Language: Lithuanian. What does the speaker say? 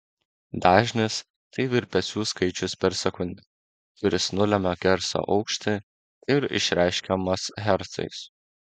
dažnis tai virpesių skaičius per sekundę kuris nulemia garso aukštį ir išreiškiamas hercais